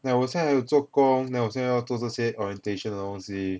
like 我现在还有做工 then 我现在要做这些 orientation 的东西